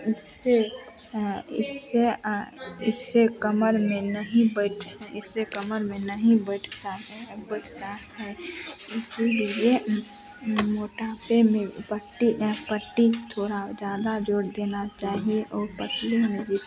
इससे हाँ इससे इससे कमर में नहीं बैठ इससे कमर में नहीं बैठता है अब बैठता है इसीलिए मोटापे में वह पट्टी पट्टी थोड़ा ज़्यादा जोड़ देनी चाहिए और पतली में भी